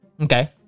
Okay